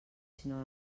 sinó